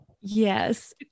Yes